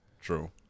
True